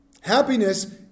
Happiness